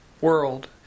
world